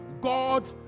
God